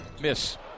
Miss